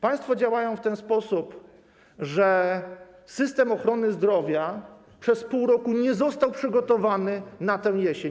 Państwo działają w ten sposób, że system ochrony zdrowia przez pół roku nie został przygotowany na tę jesień.